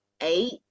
eight